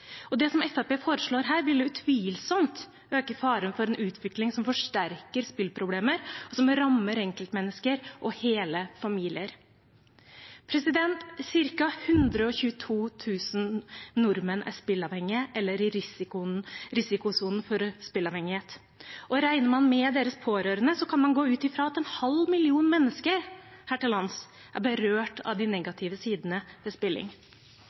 og det som Fremskrittspartiet foreslår her, ville utvilsomt øke faren for en utvikling som forsterker spilleproblemer, som rammer enkeltmennesker og hele familier. Cirka 122 000 nordmenn er spilleavhengige eller i risikosonen for spilleavhengighet, og regner man med deres pårørende, kan man gå ut fra at en halv million mennesker her til lands er berørt av de negative sidene ved spilling.